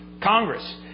Congress